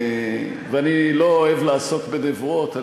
אני לא אוהב לעסוק בנבואות.